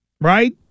right